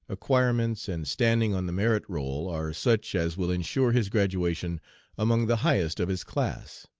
acquirements, and standing on the merit roll are such as will insure his graduation among the highest of his class.